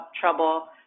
trouble